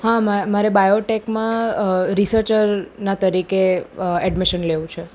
હા મારે બાયો ટેકમાં રિસર્ચરના તરીકે એડમિસન લેવું છે